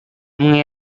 itu